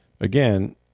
again